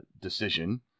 decision